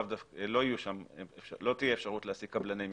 לא תהיה אפשרות להעסיק קבלני משנה,